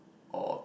or